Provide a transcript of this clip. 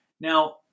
Now